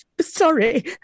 Sorry